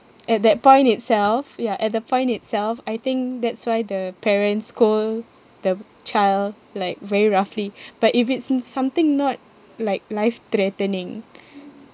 at that point itself ya at the point itself I think that's why the parents scold the child like very roughly but if it's n~ something not like life-threatening